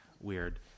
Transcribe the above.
Weird